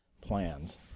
plans